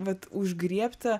vat užgriebti